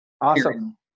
Awesome